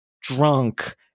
drunk